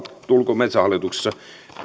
tulko metsähallituksessa